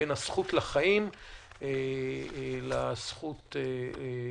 בין הזכות לחיים לזכות לפרטיות.